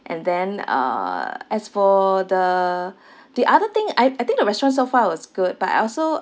and then uh as for the the other thing I I think the restaurant so far was good but I also